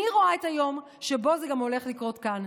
אני רואה את היום שבו זה הולך לקרות גם כאן.